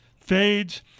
fades